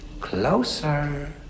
Closer